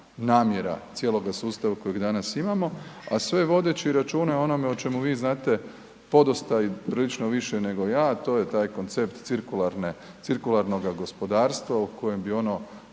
namjera cijeloga sustava kojega danas imamo, a sve vodeći računa o onome o čemu vi znate podosta i prilično više nego ja, a to je taj koncept cirkularnoga gospodarstva u kojem bi ono